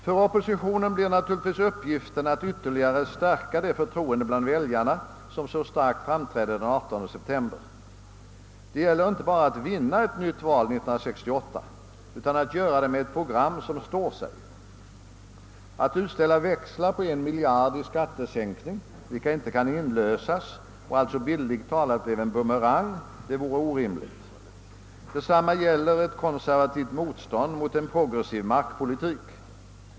För oppositionen blir naturligtvis uppgiften att ytterligare stärka det förtroende bland väljarna som så starkt framträdde den 18 september. Det gäller inte bara att vinna ett nytt val 1968 utan att göra det med ett program som står sig. Att utställa växlar på en mil jard i skattesänkning, vilka inte kan inlösas, och alltså bildligt talat skulle bli en bumerang, är inte rimligt. Detsamma gäller ett konservativt motstånd mot en progressiv markpolitik.